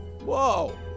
Whoa